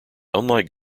unlike